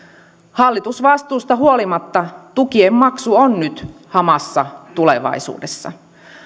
hallitusvastuusta huolimatta tukien maksu on nyt hamassa tulevaisuudessa